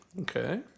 Okay